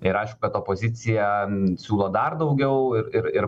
ir aišku kad opozicija siūlo dar daugiau ir ir ir